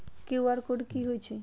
QR code कि हई छई?